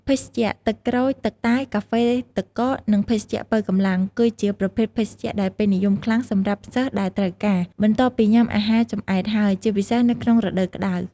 ភេសជ្ជៈ ទឹកក្រូច ទឹកតែ កាហ្វេទឹកកក និងភេសជ្ជៈប៉ូវកម្លាំង គឺជាប្រភេទភេសជ្ជៈដែលពេញនិយមខ្លាំងសម្រាប់សិស្សដែលត្រូវការ បន្ទាប់ពីញុាំអាហារចម្អែតហើយ ជាពិសេសនៅក្នុងរដូវក្តៅ។